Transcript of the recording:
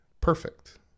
perfect